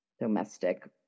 Domestic